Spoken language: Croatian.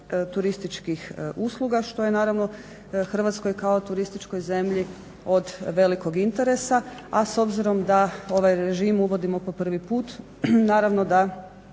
turističkih usluga što je naravno Hrvatskoj kao turističkoj zemlji od velikog interesa, a s obzirom da ovaj režim uvodimo po prvi put naravno da